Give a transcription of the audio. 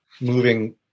moving